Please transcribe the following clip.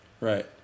Right